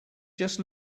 just